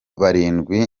barindwi